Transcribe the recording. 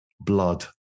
blood